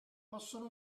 possono